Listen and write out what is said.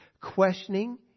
questioning